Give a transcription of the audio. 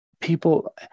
people